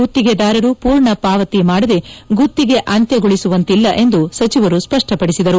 ಗುತ್ತಿಗೆದಾರರು ಪೂರ್ಣ ಪಾವತಿ ಮಾಡದೆ ಗುತ್ತಿಗೆ ಅಂತ್ಯಗೊಳಿಸುವಂತಿಲ್ಲ ಎಂದು ಸಚಿವರು ಸ್ವಷ್ವಪಡಿಸಿದರು